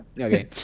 Okay